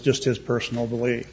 just his personal belief